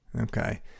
Okay